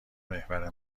محور